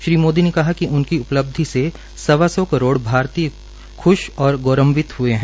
श्री मोदी ने कहा क उनकी उपलब्धि से सवा सौ करोड भारतीय ख्श व गौरनिवत हुए है